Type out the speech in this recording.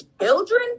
children